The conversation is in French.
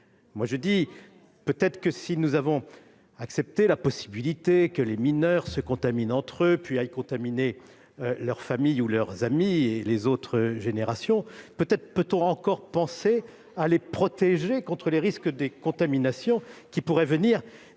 il me semble que, si nous avons accepté la possibilité que les mineurs se contaminent entre eux, puis aillent contaminer leur famille, leurs amis et les autres générations, on peut en revanche encore se soucier de les protéger contre les risques de contamination qui pourraient venir